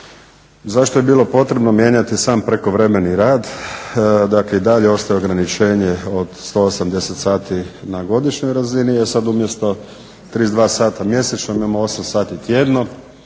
Zašto je bilo potrebno mijenjati sam prekovremeni rad, dakle i daje ostaje ograničenje od 180 sati na godišnjoj razini, e sad umjesto 32 sata mjesečno imamo 8 sati tjedno,